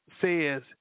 says